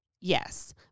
yes